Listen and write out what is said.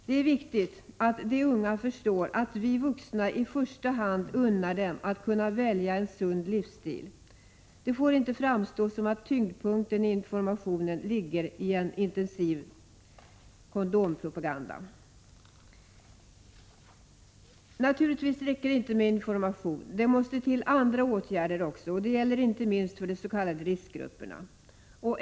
Det är viktigt att de unga förstår att vi vuxna i första hand unnar dem att kunna välja en sund livsstil. Det får inte framstå så att tyngdpunkten i informationen ligger i en intensiv kondompropaganda. Det räcker naturligtvis inte med en information, utan det måste också till andra åtgärder — det gäller inte minst för de s.k. riskgrupperna.